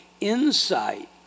insight